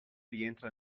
rientra